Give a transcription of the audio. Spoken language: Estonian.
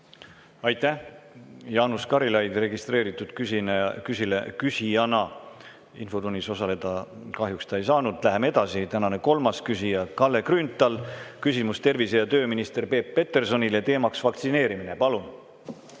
Aitäh! Jaanus Karilaid registreeritud küsijana infotunnis osaleda kahjuks ei saa. Läheme edasi. Läheme edasi. Tänane kolmas küsija on Kalle Grünthal. Küsimus on tervise‑ ja tööminister Peep Petersonile, teemaks on vaktsineerimine. Palun!